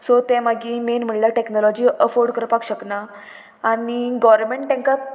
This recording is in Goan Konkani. सो तें मागी मेन म्हणल्यार टॅक्नोलॉजी अफोर्ड करपाक शकना आनी गोवोरमेंट तांकां